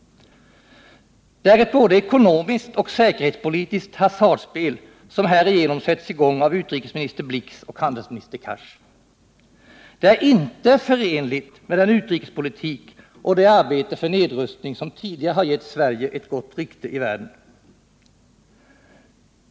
Det är ett både ekonomiskt och säkerhetspolitiskt hasardspel som härigenom sätts i gång av utrikesminister Blix och handelsminister Cars. Det är inte förenligt med den utrikespolitik och det arbete för nedrustning som tidigare har gett Sverige ett gott rykte i världen.